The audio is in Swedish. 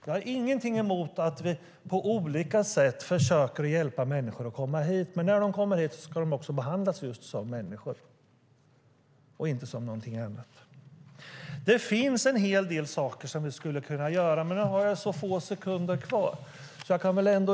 Jag har ingenting emot att vi på olika sätt försöker hjälpa människor att komma hit, men när de kommer hit ska de också behandlas som människor och inte som någonting annat. Det finns en hel del som vi skulle kunna göra, men nu har jag endast några sekunder kvar av min talartid.